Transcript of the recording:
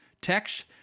text